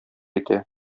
итә